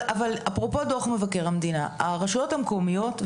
אפרופו דו"ח מבקר המדינה הרשויות המקומיות,